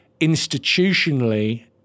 institutionally